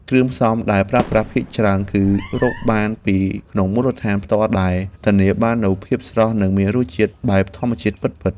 គ្រឿងផ្សំដែលប្រើប្រាស់ភាគច្រើន គឺរកបានពីក្នុងមូលដ្ឋានផ្ទាល់ដែលធានាបាននូវភាពស្រស់និងមានរសជាតិបែបធម្មជាតិពិតៗ។